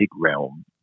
realm